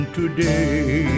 today